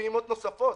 לפעימות נוספות.